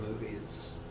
movies